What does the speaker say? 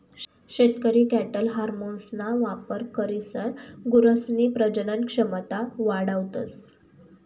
शेतकरी कॅटल हार्मोन्सना वापर करीसन गुरसनी प्रजनन क्षमता वाढावतस